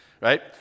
right